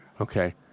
Okay